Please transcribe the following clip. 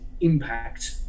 impact